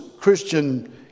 Christian